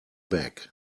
bag